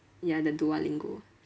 ya the duolingo